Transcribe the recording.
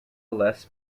less